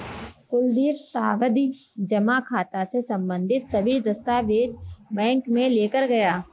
कुलदीप सावधि जमा खाता से संबंधित सभी दस्तावेज बैंक में लेकर गया